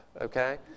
Okay